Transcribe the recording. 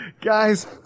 Guys